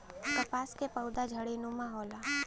कपास क पउधा झाड़ीनुमा होला